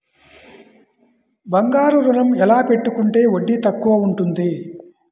బంగారు ఋణం ఎలా పెట్టుకుంటే వడ్డీ తక్కువ ఉంటుంది?